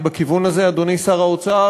אדוני שר האוצר,